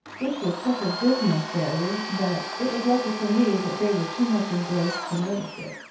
which was such a dismal failure that it was lucky for me that they were too much engrossed to notice it.